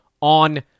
on